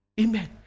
Amen